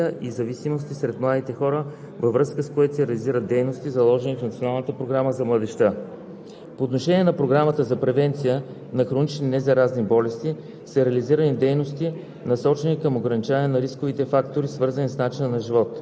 Голям е делът на младежите, които не проявяват интерес към политиката. Приоритет на Министерство на младежта и спорта е борбата и превенцията на всякакви форми на агресия и зависимости сред младите хора, във връзка с което се реализират дейности, заложени в